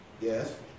Yes